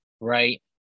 right